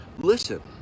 listen